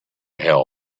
help